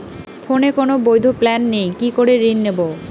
ফোনে কোন বৈধ প্ল্যান নেই কি করে ঋণ নেব?